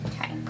Okay